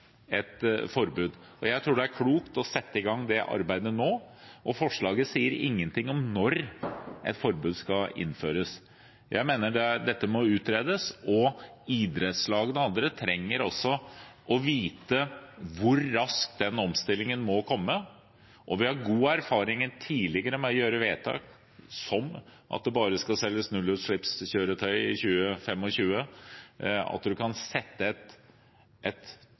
et forbud, og jeg tror det er klokt å sette i gang det arbeidet nå. Forslaget sier ingenting om når et forbud skal innføres. Jeg mener dette må utredes, og idrettslagene og andre trenger også å vite hvor raskt den omstillingen må komme. Vi har gode erfaringer fra tidligere med å gjøre slike vedtak, som at det bare skal selges nullutslippskjøretøy i 2025 – dvs. at man kan sette et